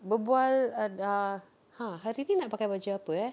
berbual err ah ha hari ni nak pakai baju apa eh